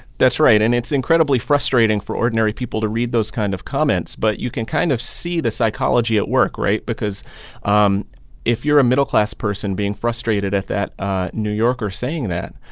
that's right. and it's incredibly frustrating for ordinary people to read those kind of comments, but you can kind of see the psychology at work right? because um if you're a middle-class person being frustrated at that new yorker saying that,